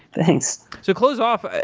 thanks. to close off,